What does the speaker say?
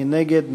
מי נגד?